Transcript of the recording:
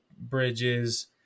Bridges –